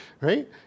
Right